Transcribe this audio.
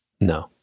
No